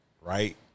Right